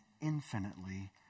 infinitely